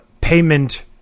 payment